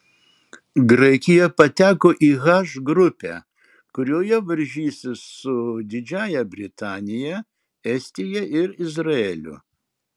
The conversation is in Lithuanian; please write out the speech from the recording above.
graikija pateko į h grupę kurioje varžysis su didžiąja britanija estija ir izraeliu